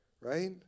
Right